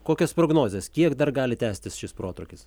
kokios prognozės kiek dar gali tęstis šis protrūkis